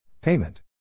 Payment